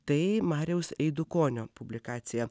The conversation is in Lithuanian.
tai mariaus eidukonio publikacija